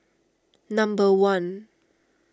number one